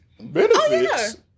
Benefits